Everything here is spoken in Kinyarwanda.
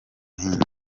hino